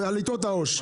על יתרות העו"ש.